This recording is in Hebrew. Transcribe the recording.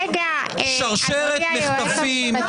שרשרת מחטפים.